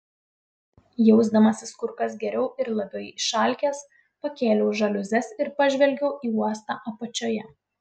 jausdamasis kur kas geriau ir labai išalkęs pakėliau žaliuzes ir pažvelgiau į uostą apačioje